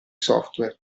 software